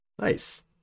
Nice